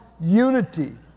unity